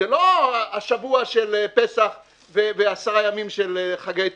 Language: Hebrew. זה לא השבוע של פסח ועשרה ימים של חגי תשרי.